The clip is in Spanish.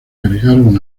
agregaron